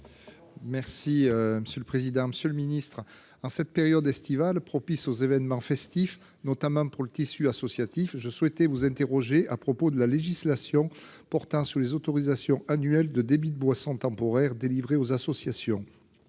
prévention. Monsieur le ministre, en cette période estivale propice aux événements festifs, notamment pour le tissu associatif, je souhaite vous interroger sur la législation portant sur les autorisations annuelles de débits de boissons temporaires délivrées aux associations.